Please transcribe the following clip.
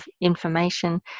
information